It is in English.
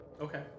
Okay